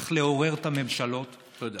צריך לעורר את הממשלות, תודה.